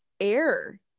air